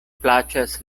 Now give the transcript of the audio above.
plaĉas